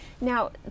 Now